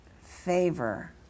favor